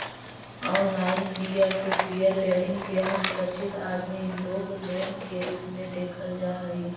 online peer to peer lending के असुरक्षित आदमी लोग लोन के रूप में देखल जा हई